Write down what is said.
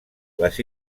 les